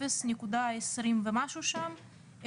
0.20 ומשהו שם,